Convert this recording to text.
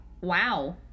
Wow